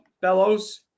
Bellows